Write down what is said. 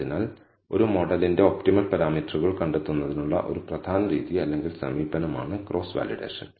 അതിനാൽ ഒരു മോഡലിന്റെ ഒപ്റ്റിമൽ പാരാമീറ്ററുകൾ കണ്ടെത്തുന്നതിനുള്ള ഒരു പ്രധാന രീതി അല്ലെങ്കിൽ സമീപനമാണ് ക്രോസ് വാലിഡേഷൻ